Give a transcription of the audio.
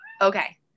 Okay